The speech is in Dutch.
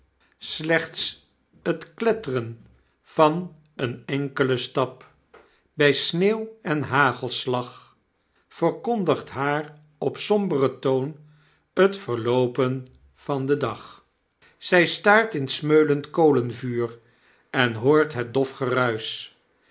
slechts t klettren van een enk'len stap by sneeuw en hagelslag verkondigt haar op sombren toon t verloopen van den dag zij staart in t smeulend kolenvuur en hoort het dof